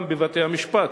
גם בבתי-המשפט,